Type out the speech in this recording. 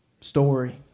story